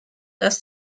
dass